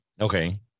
Okay